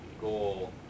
goal